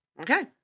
Okay